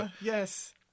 yes